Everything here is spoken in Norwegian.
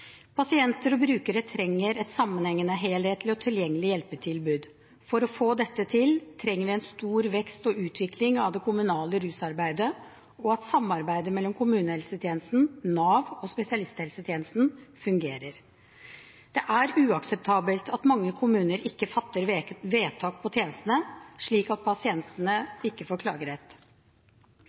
Pasienter og brukere trenger et sammenhengende, helhetlig og tilgjengelig hjelpetilbud. For å få dette til trenger vi en stor vekst og utvikling av det kommunale rusarbeidet, og at samarbeidet mellom kommunehelsetjenesten, Nav og spesialisthelsetjenesten fungerer. Det er uakseptabelt at mange kommuner ikke fatter vedtak på tjenestene, slik at pasientene ikke får klagerett.